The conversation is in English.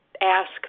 ask